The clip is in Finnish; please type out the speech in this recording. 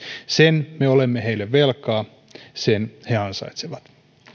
sen me olemme heille velkaa sen he ansaitsevat